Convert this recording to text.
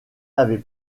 avait